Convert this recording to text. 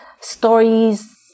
stories